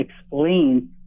explain